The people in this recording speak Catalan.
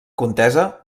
contesa